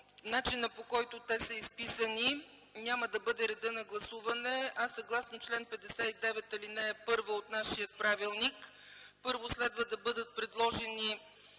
начинът, по който те са изписани, няма да бъде редът на гласуване, а съгласно чл. 59, ал. 1 от нашия правилник първо следва да бъдат предложени